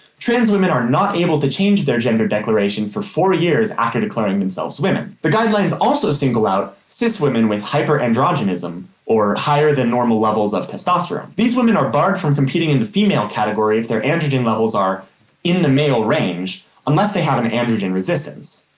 trans women are not able to change their gender declaration for four years after declaring themselves women. the guidelines also single out cis women with hyperandrogenism, or higher than normal levels of testosterone. these women are barred from competing in the female category if their androgen levels are in the male range unless they have and androgen resistance.